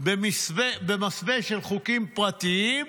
במסווה של חוקים פרטיים,